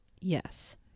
Yes